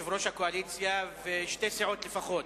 יושב-ראש הקואליציה ושתי סיעות לפחות.